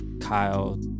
Kyle